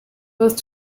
both